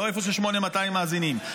לא איפה ש-8200 מאזינים.